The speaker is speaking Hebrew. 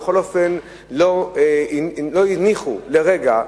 בכל אופן לא הניחו לרגע,